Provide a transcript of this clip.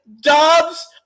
Dobbs